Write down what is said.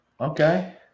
Okay